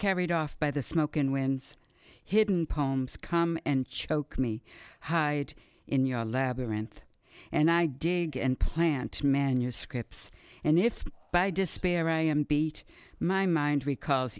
carried off by the smoke and winds hidden poems come and choke me hide in your labyrinth and i dig and plant manuscripts and if by despair i am beat my mind recalls